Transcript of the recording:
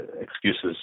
excuses